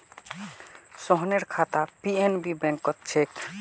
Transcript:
सोहनेर खाता पी.एन.बी बैंकत छेक